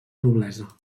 noblesa